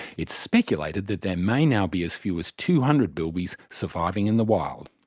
it's speculated that there may now be as few as two hundred bilbies surviving in the wild.